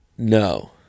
No